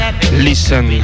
Listen